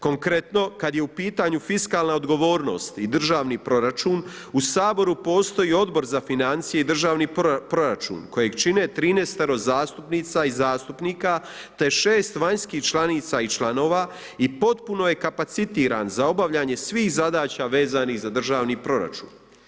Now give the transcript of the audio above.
Konkretno kada je u pitanju fiskalna odgovornost i državni proračun u Saboru postoji Odbor za financije i državni proračun kojeg čine 13-ero zastupnica i zastupnika te 6 vanjskih članica i članova i potpuno je kapacitiran za obavljanje svih zadaća vezanih za državni proračun.